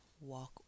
walk